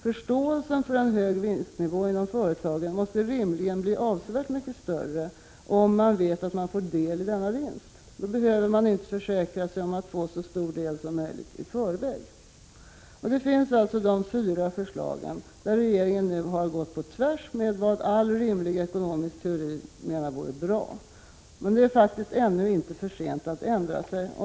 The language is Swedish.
Förståelsen för en hög vinstnivå inom företagen måste rimligen bli avsevärt mycket större om de anställda vet att de får del av denna vinst. Då behöver de anställda inte försäkra sig om att få så stor del som möjligt i förväg. Det finns alltså fyra förslag där regeringen har gått på tvärs mot vad som är bra enligt all rimlig ekonomisk teori. Men det är faktiskt ännu inte för sent att ändra sig.